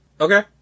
Okay